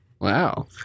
Wow